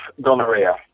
gonorrhea